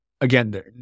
again